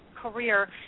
Career